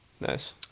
Nice